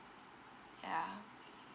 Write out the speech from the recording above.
ya